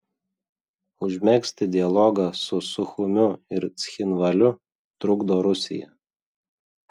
užmegzti dialogą su suchumiu ir cchinvaliu trukdo rusija